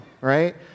right